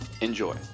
Enjoy